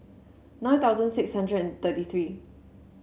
nine thousand six hundred and thirty three